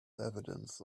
evidence